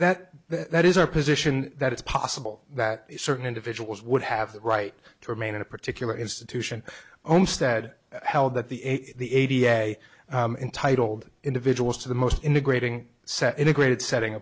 that that is our position that it's possible that certain individuals would have the right to remain in a particular institution own stead how that the a t a i entitled individuals to the most integrating set integrated setting